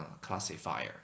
classifier